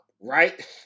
right